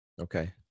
Okay